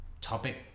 topic